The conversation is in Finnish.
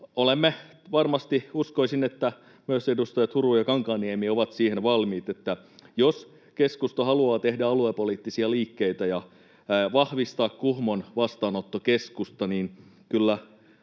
uskoisin, että myös edustajat Huru ja Kankaanniemi ovat siihen valmiita — että jos keskusta haluaa tehdä aluepoliittisia liikkeitä ja vahvistaa Kuhmon vastaanottokeskusta, niin kyllä